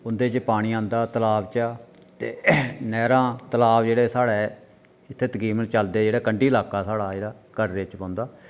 उं'दे च पानी औंदा तलाऽ चा ते नैह्रां तलाऽ जेह्ड़े साढै इत्थै तकरीबन चलदे जेह्ड़ा कंढी लाका साढ़ा कटरे च पौंदा